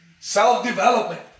self-development